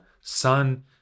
sun